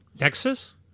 Nexus